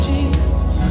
Jesus